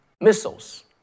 missiles